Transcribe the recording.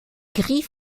gris